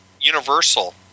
Universal